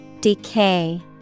Decay